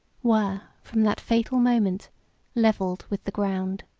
were from that fatal moment levelled with the ground.